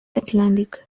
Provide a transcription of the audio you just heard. atlantic